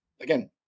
again